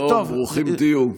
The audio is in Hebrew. שלום, ברוכים תהיו.